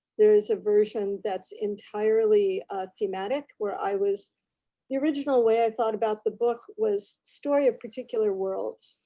there is a version that's entirely thematic where i was the original way i thought about the book was story of particular worlds.